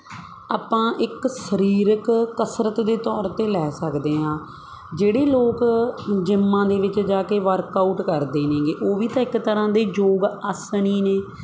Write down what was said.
ਆਪਾਂ ਇੱਕ ਸਰੀਰਕ ਕਸਰਤ ਦੇ ਤੌਰ 'ਤੇ ਲੈ ਸਕਦੇ ਹਾਂ ਜਿਹੜੇ ਲੋਕ ਜਿੰਮਾਂ ਦੇ ਵਿੱਚ ਜਾ ਕੇ ਵਰਕਆਊਟ ਕਰਦੇ ਨੇਗੇ ਉਹ ਵੀ ਤਾਂ ਇੱਕ ਤਰ੍ਹਾਂ ਦੇ ਯੋਗ ਆਸਣ ਹੀ ਨੇ